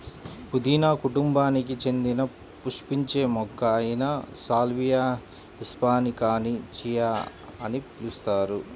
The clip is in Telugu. పుదీనా కుటుంబానికి చెందిన పుష్పించే మొక్క అయిన సాల్వియా హిస్పానికాని చియా అని పిలుస్తారు